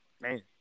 Man